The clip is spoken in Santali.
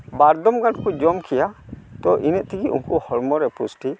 ᱵᱟᱨ ᱫᱚᱢ ᱜᱟᱱ ᱠᱚ ᱡᱚᱢ ᱠᱮᱭᱟ ᱛᱚ ᱤᱱᱟᱹᱜ ᱛᱮᱜᱮ ᱩᱱᱠᱩ ᱦᱚᱲᱢᱚ ᱨᱮ ᱯᱩᱥᱴᱤ